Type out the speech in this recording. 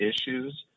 issues